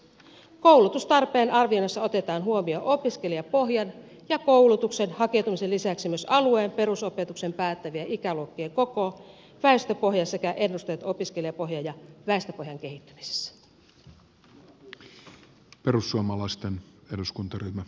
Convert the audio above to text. koulutustarpeen arvioinnissa otetaan huomioon opiskelijapohjan ja koulutukseen hakeutumisen lisäksi myös alueen perusopetuksen päättävien ikäluokkien koko väestöpohja sekä ennusteet opiskelijapohjan ja väestöpohjan kehittymisestä